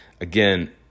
again